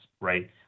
right